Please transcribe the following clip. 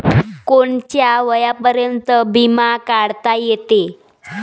कोनच्या वयापर्यंत बिमा काढता येते?